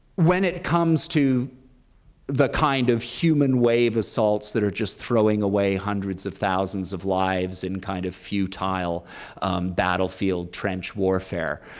when it comes to the kind of human wave assaults that are just throwing away hundreds of thousands of lives in kind of futile battlefield trench warfare,